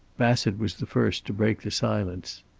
bassett was the first to break the silence.